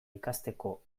ikasteko